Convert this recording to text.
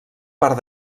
part